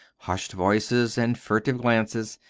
hushed voices and furtive glances,